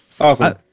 awesome